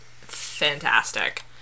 fantastic